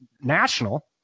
national